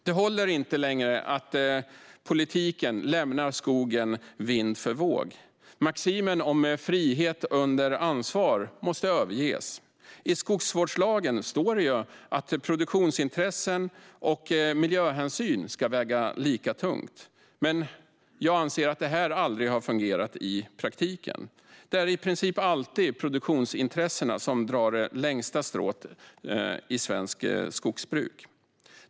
Det håller inte längre att politiken lämnar skogen vind för våg. Maximen om frihet under ansvar måste överges. I skogsvårdslagen står det att produktionsintressen och miljöhänsyn ska väga lika tungt. Men jag anser att detta aldrig har fungerat i praktiken. Det är i princip alltid produktionsintressena som drar det längsta strået i svenskt skogsbruk.